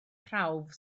prawf